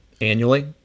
annually